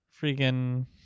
freaking